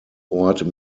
ort